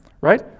right